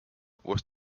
was